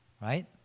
Right